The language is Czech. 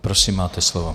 Prosím, máte slovo.